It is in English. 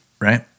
right